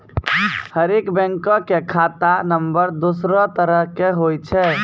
हरेक बैंको के खाता नम्बर दोसरो तरह के होय छै